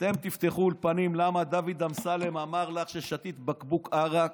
אתם תפתחו אולפנים למה דוד אמסלם אמר לך ששתית בקבוק ערק.